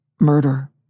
murder